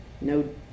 No